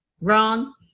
wrong